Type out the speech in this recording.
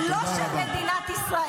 כמה שנאה יש לכם.